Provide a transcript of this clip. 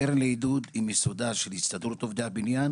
הקרן לעידוד היא מיסודה של הסתדרות עובדי הבניין